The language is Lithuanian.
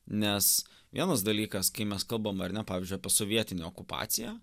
nes vienas dalykas kai mes kalbam ar ne pavyzdžiui apie sovietinę okupaciją